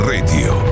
Radio